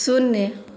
शून्य